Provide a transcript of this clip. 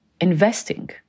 investing